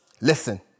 listen